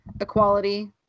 equality